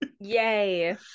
yay